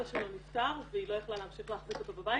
נפטר והיא לא יכלה להמשיך להחזיק אותו בבית